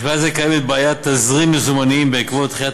בכלל זה קיימת בעיית תזרים מזומנים בעקבות דחיית